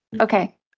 Okay